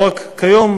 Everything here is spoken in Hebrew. לא רק כיום,